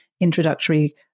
introductory